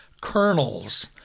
kernels